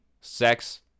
Sex